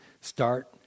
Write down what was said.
start